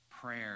Prayer